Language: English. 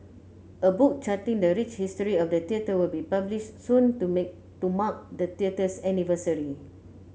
a book charting the rich history of the theatre will be published soon to mark the theatre's anniversary